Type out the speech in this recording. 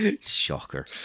Shocker